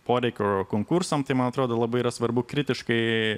poreikio konkursam tai man atrodo labai yra svarbu kritiškai